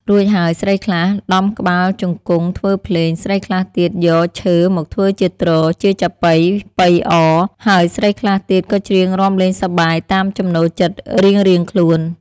រួចហើយ ស្រីខ្លះដំក្បាលជង្គង់ធ្វើភ្លេង ស្រីខ្លះទៀតយកឈើមកធ្វើជាទ្រ ជាចាប៉ី ប៉ីអ ហើយស្រីខ្លះទៀតក៏ច្រៀងរាំលេងសប្បាយតាមចំណូលចិត្តរៀងៗខ្លួន។